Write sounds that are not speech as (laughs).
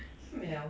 (laughs) mel